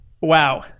wow